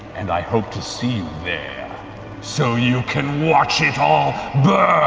and i hope to see you there so you can watch it all burn!